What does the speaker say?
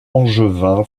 angevin